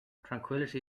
tranquillity